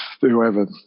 whoever